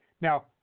Now